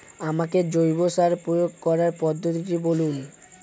আমাকে জৈব সার প্রয়োগ করার পদ্ধতিটি বলুন?